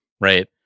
right